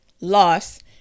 loss